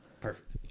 Perfect